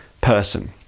person